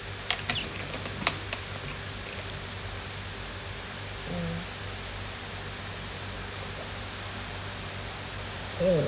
mm mm